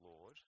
Lord